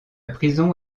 prison